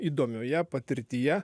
įdomioje patirtyje